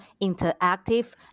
interactive